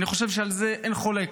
אני חושב שעל זה אין חולק.